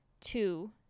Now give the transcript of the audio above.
Two